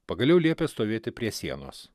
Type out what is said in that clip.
pagaliau liepė stovėti prie sienos